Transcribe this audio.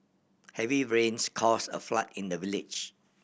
heavy rains caused a flood in the village